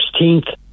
16th